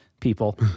people